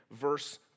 verse